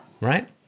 Right